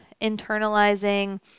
internalizing